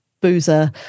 boozer